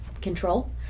control